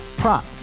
Prop